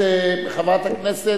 הכנסת